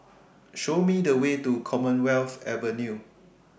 Show Me The Way to Commonwealth Avenue